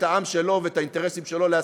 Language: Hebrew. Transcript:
את העם שלו ואת האינטרסים שלו להשיג.